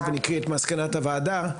תיכף אקרא את מסקנות הוועדה.